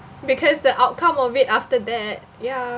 because the outcome of it after that ya